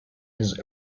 his